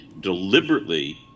deliberately